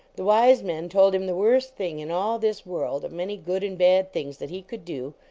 the wise men told him the worst thing in all this world, of many good and bad things that he could do,